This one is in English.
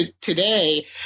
today